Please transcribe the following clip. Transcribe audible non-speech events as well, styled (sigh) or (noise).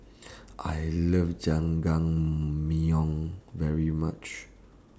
(noise) I Love Jajangmyeon very much